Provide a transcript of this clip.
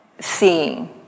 seeing